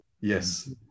yes